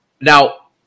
Now